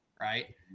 right